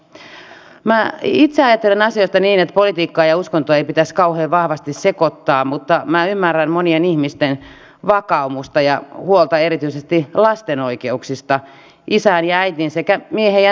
minä itse ajattelen asioista niin että politiikkaa ja uskontoa ei pitäisi kauhean vahvasti sekoittaa mutta minä ymmärrän monien ihmisten vakaumusta ja huolta erityisesti lasten oikeuksista isään ja äitiin sekä miehen ja naisen malliin